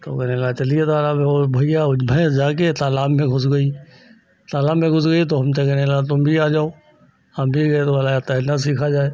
तो कहने लगा चलिए तालाब में और भइया वह भैंस जाकर तालाब में घुस गई तालाब में घुस गई तो हमसे कहने लगा तुम भी आ जाओ हम भी गए तो बोला यार तैरना सीखा जाए